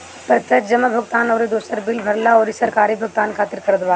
प्रत्यक्ष जमा भुगतान अउरी दूसर बिल भरला अउरी सरकारी भुगतान खातिर करत बाटे